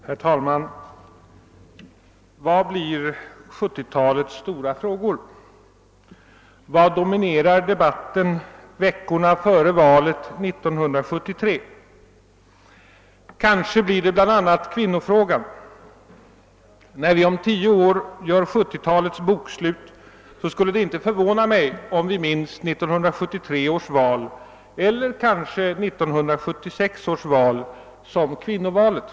Herr talman! Vad blir 1970-talets stora frågor? Vad kommer att dominera debatten veckorna före valet 1973? Kanske blir det bl.a. kvinnofrågan. När vi om tio år gör 1970-talets bokslut skulle det inte förvåna mig om vi minns 1973 års val eller kanske 1976 års val som kvinnovalet.